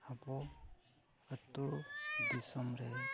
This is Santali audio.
ᱟᱵᱚ ᱟᱹᱛᱩ ᱫᱤᱥᱚᱢ ᱨᱮ